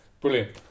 brilliant